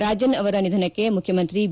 ರಾಜನ್ ಅವರ ನಿಧನಕ್ಕೆ ಮುಖ್ಯಮಂತ್ರಿ ಬಿ